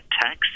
tax